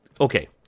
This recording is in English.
okay